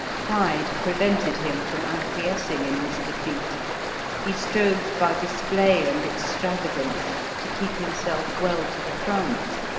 pride prevented him from acquiescing in this defeat he strove by display and extravagance to keep himself well to the front,